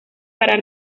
para